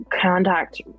contact